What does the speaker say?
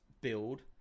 build